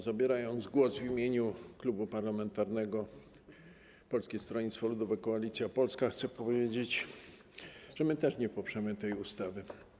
Zabierając głos w imieniu Klubu Parlamentarnego Polskie Stronnictwo Ludowe, Koalicja Polska, chcę powiedzieć, że my też nie poprzemy tej ustawy.